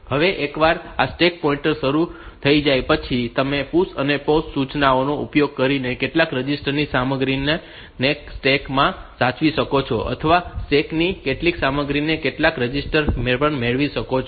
હવે એકવાર આ સ્ટેક પોઇન્ટર શરૂ થઈ જાય પછી તમે PUSH અને POP સૂચનાઓનો ઉપયોગ કરીને કેટલાક રજિસ્ટર ની સામગ્રી ને સ્ટેક માં સાચવી શકો છો અથવા સ્ટેક ની કેટલીક સામગ્રીને કેટલાક રજિસ્ટર પર મેળવી શકો છો